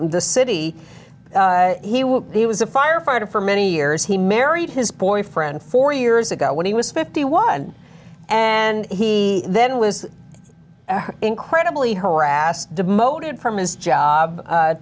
the city he was he was a firefighter for many years he married his boyfriend four years ago when he was fifty one and he then was incredibly harassed demoted from his job